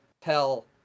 tell